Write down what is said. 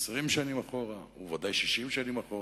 20 שנה אחורה וודאי לא 60 שנה אחורה.